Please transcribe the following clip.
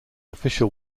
official